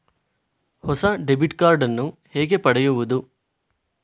ಹೊಸ debit card ನ್ನು ಹೇಗೆ ಪಡೆಯುದು?